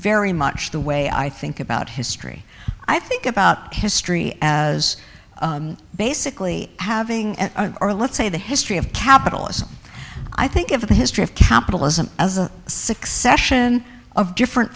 very much the way i think about history i think about history as basically having or let's say the history of capitalism i think of the history of capitalism as a succession of different